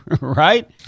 right